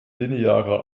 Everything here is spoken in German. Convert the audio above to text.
linearer